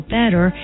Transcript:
better